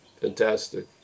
Fantastic